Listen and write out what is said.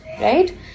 right